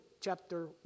chapter